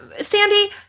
Sandy